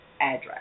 address